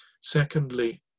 Secondly